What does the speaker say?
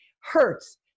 hurts